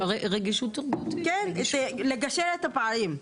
לגשר את הפערים.